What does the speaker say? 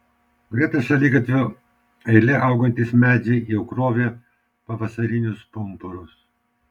greta šaligatvio eile augantys medžiai jau krovė pavasarinius pumpurus